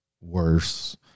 worse